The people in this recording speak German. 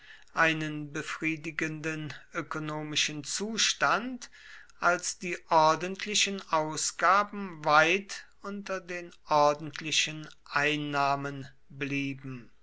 einen befriedigenden ökonomischen zustand als die ordentlichen ausgaben weit unter den ordentlichen einnahmen blieben